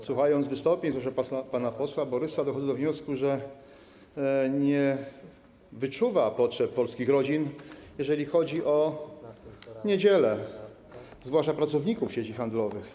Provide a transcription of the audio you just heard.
Słuchając wystąpień, zwłaszcza pana posła Borysa, dochodzę do wniosku, że nie wyczuwa potrzeb polskich rodzin, jeżeli chodzi o niedzielę, zwłaszcza pracowników sieci handlowych.